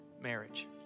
marriage